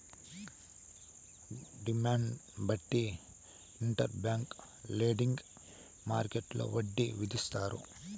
డిమాండ్ను బట్టి interbank lending మార్కెట్టులో వడ్డీ విధిస్తారు